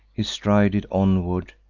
he strided onward,